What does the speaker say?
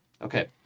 Okay